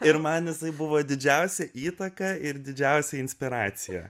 ir man jisai buvo didžiausia įtaka ir didžiausia inspiracija